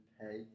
pay